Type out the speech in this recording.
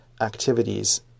activities